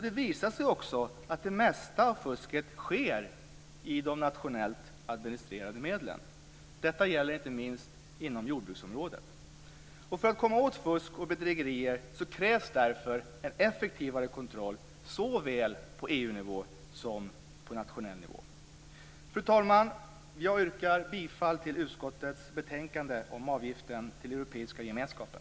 Det visar sig också att det mesta av fusket sker med de nationellt administrerade medlen. Detta gäller inte minst inom jordbruksområdet. För att komma åt fusk och bedrägerier krävs därför en effektivare kontroll, såväl på EU-nivå som på nationell nivå. Fru talman! Jag yrkar bifall till hemställan i utskottets betänkande om avgiften till Europeiska gemenskapen.